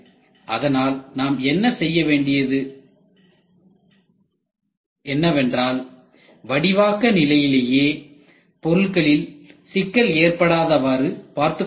அதனால் நாம் செய்ய வேண்டியது என்னவென்றால் வடிவாக்க நிலையிலேயே பொருட்களில் சிக்கல் ஏற்படாதவாறு பார்த்துக்கொள்ள வேண்டும்